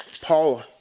Paul